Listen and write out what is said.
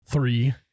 Three